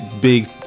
big